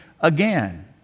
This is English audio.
again